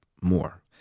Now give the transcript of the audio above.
more